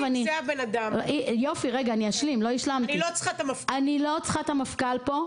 אני לא צריכה את המפכ"ל פה.